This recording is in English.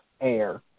air